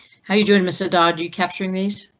how you doing mr dodd you capturing these?